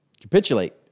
capitulate